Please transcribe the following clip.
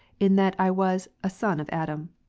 in that i was a son of adam.